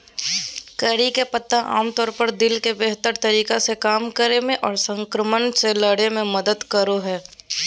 करी के पत्ता आमतौर पर दिल के बेहतर तरीका से काम करे मे आर संक्रमण से लड़े मे मदद करो हय